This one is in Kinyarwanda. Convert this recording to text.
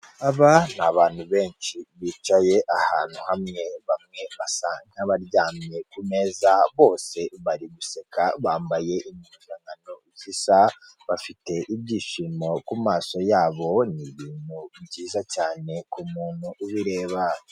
Aba ni abantu benshi bicaye ahantu hamwe bamwe basa nka baryamye kumeza bose bari guseka bambaye impuzankano zisa, bafite ibyishimo ku maso yabo ni byiza cyane kumuntu ubireba.